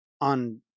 on